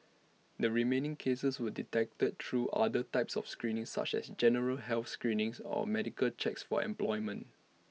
the remaining cases were detected through other types of screening such as general health screenings or medical checks for employment